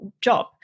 job